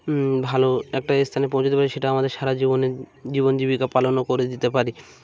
ভালো একটা স্থানে পৌঁছাতে পারি সেটা আমাদের সারা জীবনে জীবন জীবিকা পালনও করে দিতে পারি